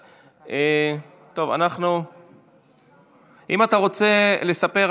אם אתה רוצה לספר לנו,